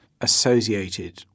associated